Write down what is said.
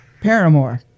Paramore